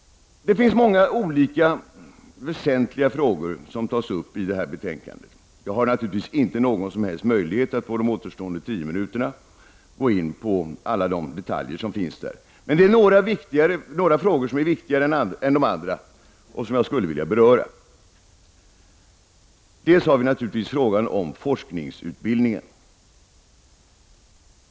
Det finns många väsentliga frågor som tas upp i betänkandet. Jag har naturligtvis inte någon som helst möjlighet att på de återstående tio minuterna av min talartid gå in på alla de detaljer som finns i betänkandet, men det finns några frågor som är viktigare än de andra och som jag skulle vilja beröra. Det gäller bl.a. frågan om forskningsutbildningen.